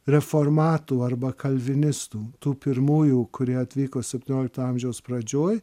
reformatų arba kalvinistų tų pirmųjų kurie atvyko septynioliktą amžiaus pradžioj